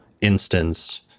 instance